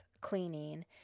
cleaning